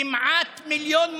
כמעט מיליון מובטלים,